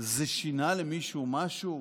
זה שינה למישהו משהו?